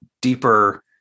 deeper